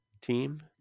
team